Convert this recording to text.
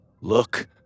Look